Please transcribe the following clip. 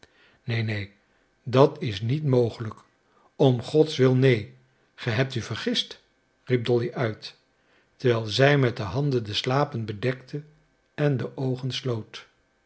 neen neen dat is niet mogelijk om godswil neen ge hebt u vergist riep dolly uit terwijl zij met de handen de slapen bedekte en de oogen sloot